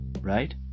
right